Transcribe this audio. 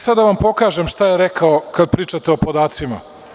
Sada da vam pokažem šta je rekao, kada pričate o podacima.